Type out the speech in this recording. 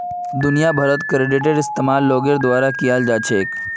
दुनिया भरत क्रेडिटेर इस्तेमाल लोगोर द्वारा कियाल जा छेक